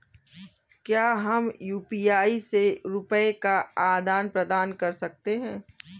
क्या हम यू.पी.आई से रुपये का आदान प्रदान कर सकते हैं?